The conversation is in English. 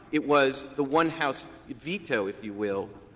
it was the one-house veto, if you will,